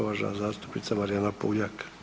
Uvažena zastupnica Marijana Puljak.